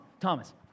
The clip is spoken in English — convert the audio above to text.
Thomas